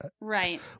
Right